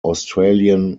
australian